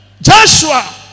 Joshua